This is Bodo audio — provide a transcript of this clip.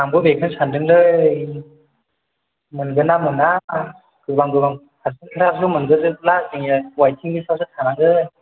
आंबो बेखौनो सानदोंलै मोनगोनना मोना गोबां गोबां फारसेनफ्रासो मोनग्रोजोबब्ला जोंनिया वाइथिं लिस आवसो थानांगोन